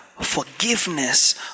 forgiveness